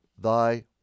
thy